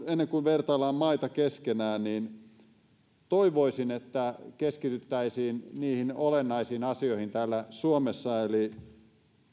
ennen kuin vertaillaan maita keskenään niin toivoisin että keskityttäisiin niihin olennaisiin asioihin täällä suomessa eli